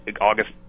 August